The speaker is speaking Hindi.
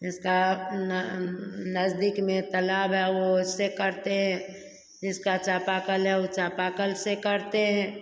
जिसका न नजदीक में तालाब है वो उससे करते हैं जिसका चापाकल है वो चापाकल से करते हैं